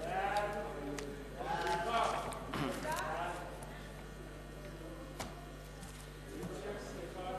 חוק דוד בן-גוריון (תיקון), התש"ע 2010,